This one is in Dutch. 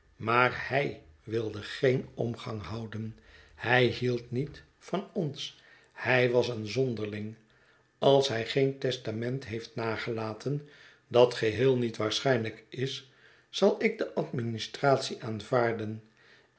maar hij wilde geen omgang houden hij hield niet van ons hij was een zonderling als hij geen testament heeft nagelaten dat geheel niet waarschijnlijk is zal ik de administratie aanvaarden